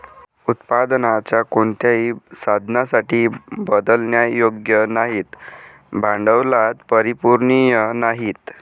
उत्पादनाच्या कोणत्याही साधनासाठी बदलण्यायोग्य नाहीत, भांडवलात परिवर्तनीय नाहीत